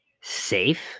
safe